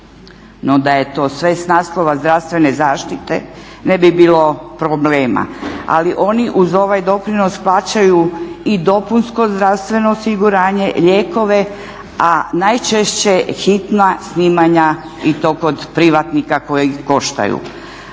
No da je to sve s naslova zdravstvene zaštite ne bi bilo problema ali oni uz ovaj doprinos plaćaju i dopunsko zdravstveno osiguranje, lijekove, a najčešće hitna snimanja i to kod privatnika koji koštaju.